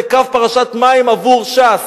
זה קו פרשת מים עבור ש"ס.